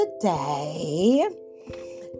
today